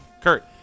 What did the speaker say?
Kurt